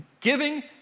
Giving